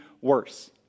worse